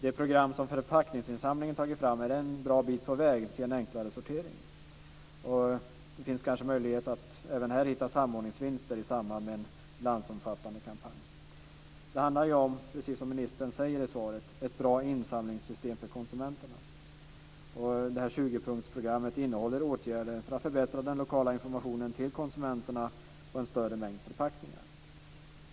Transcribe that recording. Det program som Förpackningsinsamlingen har tagit fram är en bra bit på väg till en enklare sortering. Det finns kanske möjlighet att även här hitta samordningsvinster i samband med en landsomfattande kampanj. Precis som ministern säger i svaret handlar det om ett bra insamlingssystem för konsumenterna. 20-punktsprogrammet innehåller åtgärder för att förbättra den lokala informationen till konsumenterna och en större mängd förpackningar.